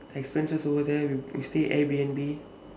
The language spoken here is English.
expenses over there we we stay Airbnb